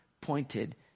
pointed